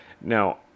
now